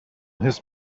his